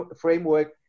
framework